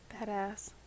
Badass